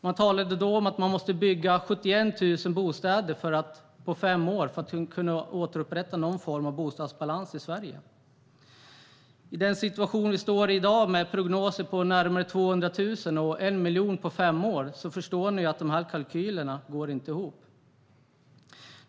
Man talade då om att man måste bygga 71 000 bostäder på fem år för att kunna återupprätta någon form av bostadsbalans i Sverige. I den situation som vi i dag befinner oss i med prognoser där det talas om närmare 200 000 och 1 miljon på fem år förstår ni att dessa kalkyler inte går ihop.